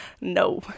no